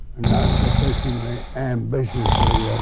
not sufficiently ambitiously,